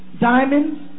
Diamonds